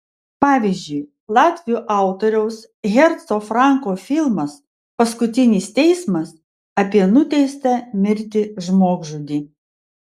pavyzdžiui latvių autoriaus herco franko filmas paskutinis teismas apie nuteistą mirti žmogžudį